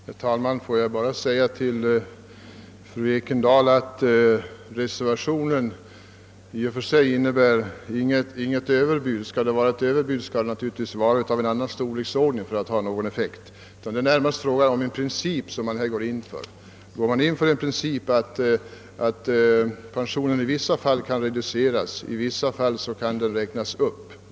Herr talman! Vår reservation innebär inget överbud, fru Ekendahl; för att det skall kunna talas om ett överbud måste naturligtvis skillnaderna mellan de olika förslagen vara av en annan storleksordning. Frågan gäller närmast vilken princip man skall tillämpa. En princip är, att pensionen i vissa fall reduceras och i andra fall räknas upp.